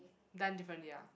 done differently ah